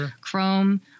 Chrome